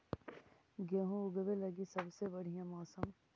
गेहूँ ऊगवे लगी सबसे बढ़िया मौसम?